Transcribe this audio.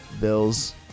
Bills